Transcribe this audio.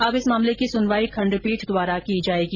अब इस मामले की सुनवाई खंडपीठ द्वारा की जाएगी